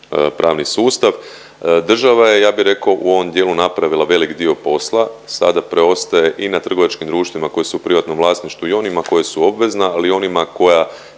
pravni sustav. Država je ja bi reko u ovom dijelu napravila velik dio posla, sada preostaje i na trgovačkim društvima koja su u privatnom vlasništvu i onima koja su obvezna, ali i onima koja